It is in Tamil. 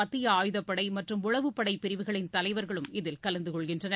மத்திய ஆயுதப்படை மற்றும் உளவுப்படை பிரிவுகளின் தலைவர்களும் இதில் கலந்த கொள்கின்றனர்